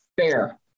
Fair